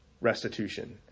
restitution